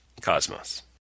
cosmos